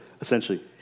essentially